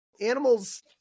animals